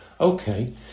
okay